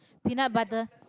peanut butter